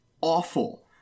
awful